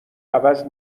عوض